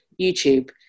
YouTube